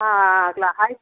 फाग्लाहाय